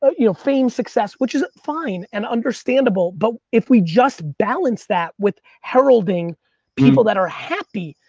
ah you know fame success, which is fine and understandable. but if we just balanced that with heralding people that are happy,